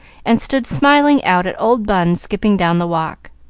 and stood smiling out at old bun skipping down the walk,